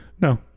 No